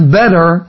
better